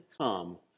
come